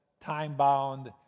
time-bound